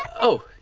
oh. ah,